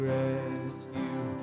rescue